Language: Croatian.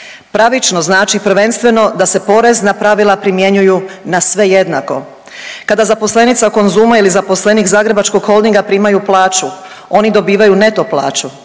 Pravično znači prvenstveno da se porezna pravila primjenjuju na sve jednako kada zaposlenica Konzuma ili zaposlenik Zagrebačkog holdinga primaju plaću oni dobivaju neto plaću.